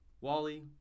Wally